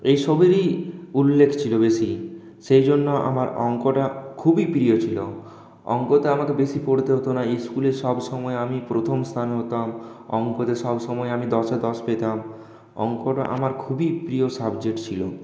এইসবেরই উল্লেখ ছিল বেশি সেইজন্য আমার অঙ্কটা খুবই প্রিয় ছিল অঙ্কটা আমাকে বেশি পড়তে হতো না স্কুলে সবসময় আমি প্রথম স্থান হতাম অঙ্কতে সবসময় আমি দশে দশ পেতাম অঙ্কটা আমার খুবই প্রিয় সাবজেক্ট ছিল